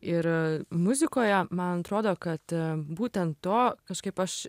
ir muzikoje man atrodo kad būtent to kažkaip aš